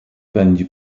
pędzi